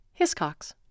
Hiscox